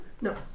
no